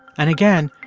and, again,